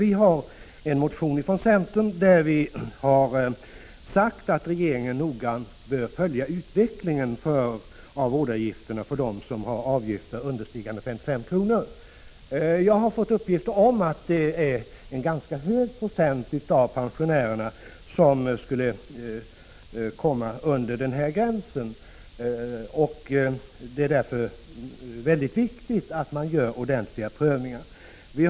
I en motion från centern har vi sagt att regeringen bör noga följa utvecklingen av vårdavgifterna för dem som har avgifter understigande 55 kr. Jag har fått uppgifter om att det är en ganska stor procentandel av pensionärerna som kommer under denna gräns, och det är därför mycket viktigt att det görs ordentliga prövningar.